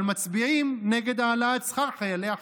אבל מצביעים נגד העלאת שכר חיילי החובה,